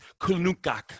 Kulnukak